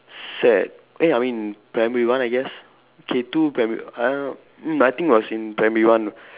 sec eh I mean primary one I guess K two primary I don't know mm I think was in primary one